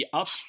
up